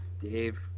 Dave